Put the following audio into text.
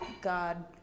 God